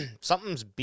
Something's